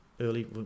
early